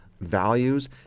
values